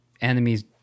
enemies